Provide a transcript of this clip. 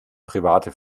private